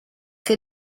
che